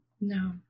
No